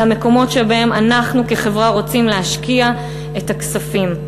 על המקומות שבהם אנחנו כחברה רוצים להשקיע את הכספים.